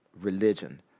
religion